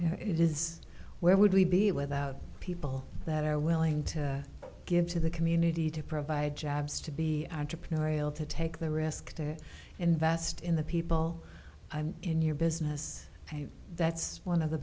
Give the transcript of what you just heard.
questions it is where would we be without people that are willing to give to the community to provide jobs to be entrepreneurial to take the risk to invest in the people in your business and that's one of the